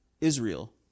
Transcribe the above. Israel